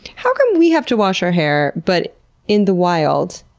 how come we have to wash her hair, but in the wild,